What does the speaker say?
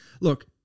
Look